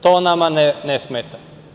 To nama ne smeta.